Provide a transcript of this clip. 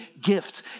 gift